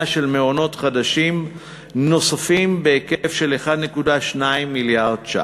של מעונות חדשים נוספים בהיקף של 1.2 מיליארד ש"ח,